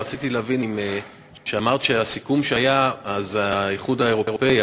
רציתי להבין אם אמרת שבסיכום שהיה האיחוד האירופי,